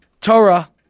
torah